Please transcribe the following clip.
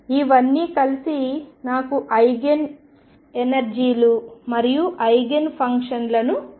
ఇవన్నీ కలిసి నాకు ఐగెన్ ఎనర్జీలు మరియు ఐగెన్ ఫంక్షన్లను అందిస్తుంది